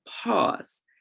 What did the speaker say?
pause